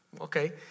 Okay